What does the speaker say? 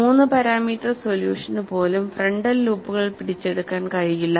3 parameter solution പോലും frontal ലൂപ്പുകൾ പിടിച്ചെടുക്കാൻ കഴിയില്ല